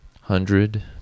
hundred